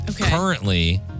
Currently